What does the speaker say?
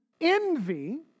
envy